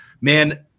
man